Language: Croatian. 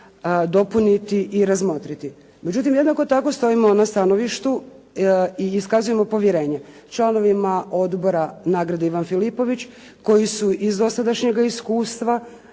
dopuniti i razmotriti. Međutim, jednako tako stojimo na stanovištu i iskazujemo povjerenje članovima odbora nagrade "Ivan Filipović" koju iz dosadašnjega iskustva,